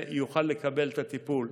יוכל לקבל את הטיפול.